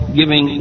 giving